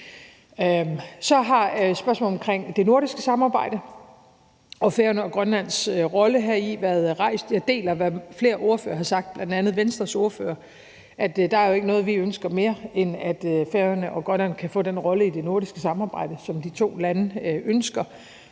Så har spørgsmålet om det nordiske samarbejde og Færøerne og Grønlands rolle heri i været rejst, og jeg deler, hvad flere ordførere, bl.a. Venstres ordfører, har sagt, om, at der ikke er noget, vi ønsker mere, end at Færøerne og Grønland kan få den rolle i det nordiske samarbejde, som de to lande ønsker.